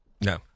No